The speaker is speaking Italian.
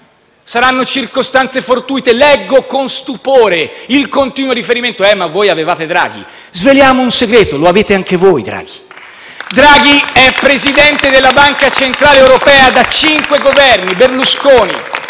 Saranno circostanze fortuite? Leggo con stupore il continuo riferimento: «Eh, ma voi avevate Draghi». Sveliamo un segreto: lo avete anche voi Draghi. Draghi è presidente della Banca centrale europea da cinque Governi: Berlusconi,